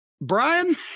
Brian